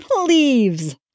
leaves